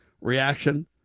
reaction